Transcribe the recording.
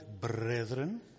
brethren